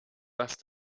dass